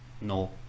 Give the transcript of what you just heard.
no